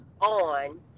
on